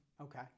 Okay